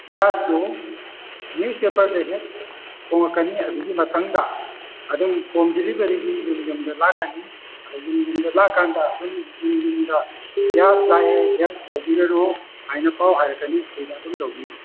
ꯒ꯭ꯌꯥꯁꯇꯨ ꯅ꯭ꯌꯨꯁꯄꯦꯄꯔꯗ ꯍꯦꯛ ꯐꯣꯡꯉꯛꯀꯅꯤ ꯑꯗꯨꯒꯤ ꯃꯊꯪꯗ ꯑꯗꯨꯝ ꯍꯣꯝ ꯗꯦꯂꯤꯚꯔꯤꯒꯤ ꯌꯨꯝ ꯌꯨꯝꯗ ꯂꯥꯛꯀꯅꯤ ꯑꯗꯩ ꯌꯨꯝ ꯌꯨꯝꯗ ꯂꯥꯛꯀꯥꯟꯗ ꯌꯨꯝ ꯌꯨꯝꯗ ꯒ꯭ꯌꯥꯁ ꯂꯥꯛꯑꯦ ꯒ꯭ꯌꯥꯁ ꯂꯧꯕꯤꯔꯔꯣ ꯍꯥꯏꯅ ꯄꯥꯎ ꯍꯥꯏꯔꯛꯀꯅꯤ ꯑꯗꯨꯗ ꯑꯗꯨꯝ ꯂꯧꯕꯤꯔꯣ